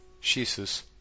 Jesus